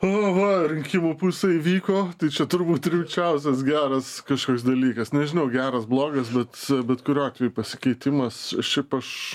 nu va rinkimų pusė įvyko tai čia turbūt rimčiausias geras kažkoks dalykas nežinau geras blogas bet bet kuriuo atveju pasikeitimas šiaip aš